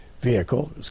vehicle